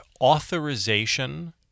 authorization